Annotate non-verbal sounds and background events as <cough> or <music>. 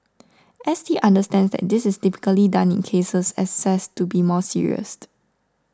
S T understands that this is typically done in cases assessed to be more serious <unintelligible>